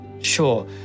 Sure